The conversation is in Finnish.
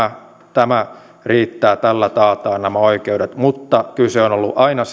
tämä riittää tällä taataan nämä oikeudet mutta kyse on ollut aina